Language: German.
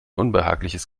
unbehagliches